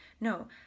No